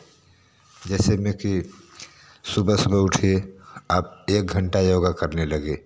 जैसे में कि सुबह सुबह उठे आप एक घंटा योग करने लगे